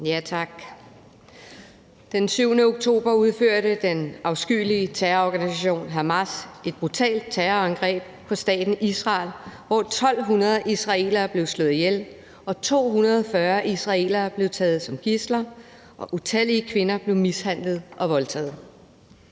Tak. Den 7. oktober udførte den afskyelige terrororganisation Hamas et brutalt terrorangreb på staten Israel, hvor 1.200 israelere blev slået ihjel, 240 israelere blev taget som gidsler og utallige kvinder blev mishandlet og voldtaget.